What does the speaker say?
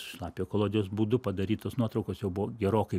šlapiojo kolodijaus būdu padarytos nuotraukos jau buvo gerokai